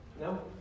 No